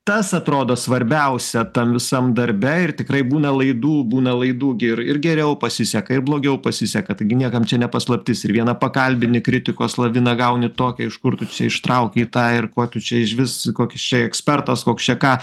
tas atrodo svarbiausia tam visam darbe ir tikrai būna laidų būna laidų gi ir ir geriau pasiseka ir blogiau pasiseka taigi niekam čia ne paslaptis ir vieną pakalbini kritikos laviną gauni tokią iš kur tu čia ištraukei tą ir kuo tu čia išvis kokis čia ekspertas koks čia ką